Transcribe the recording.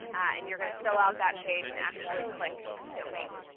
and you're going to fill out that page and actually click donate.